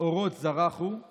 אורות זרחו /